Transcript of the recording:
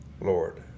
Lord